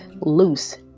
loose